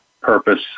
purpose